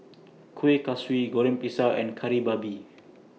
Kuih Kaswi Goreng Pisang and Kari Babi